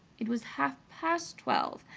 it was half-past twelve,